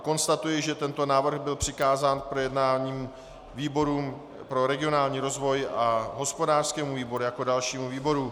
Konstatuji, že návrh byl přikázán k projednání výboru pro regionální rozvoj a hospodářskému výboru jako dalšímu výboru.